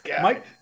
Mike